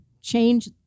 change